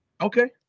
Okay